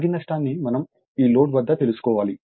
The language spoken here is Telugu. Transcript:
కాబట్టి రాగి నష్టాన్ని మనం ఈ లోడ్ వద్ద తెలుసుకోవాలి